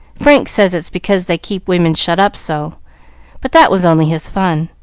frank says it is because they keep women shut up so but that was only his fun.